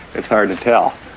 it's hard to tell,